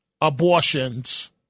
abortions